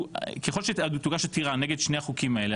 ככל שתוגש עתירה נגד שני החוקים האלה,